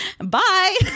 bye